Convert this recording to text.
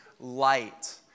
light